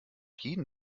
jeden